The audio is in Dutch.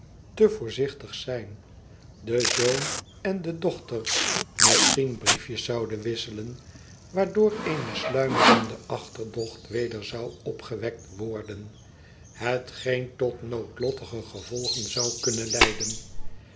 voorzichtig zijn ond vriend zijq de zoon en de dochter misschien briefjes zouden wisselen waardoor eene sluimerende achterdocht weder zou opgewekt worden hetgeen tot noodlottige gevolgen zou kunnen leiden